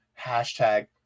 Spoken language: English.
hashtag